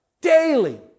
Daily